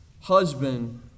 husband